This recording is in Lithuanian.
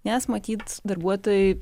nes matyt darbuotojai